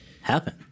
happen